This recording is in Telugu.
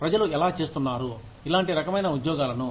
ప్రజలు ఎలా చేస్తున్నారు ఇలాంటి రకమైన ఉద్యోగాలను